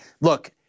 Look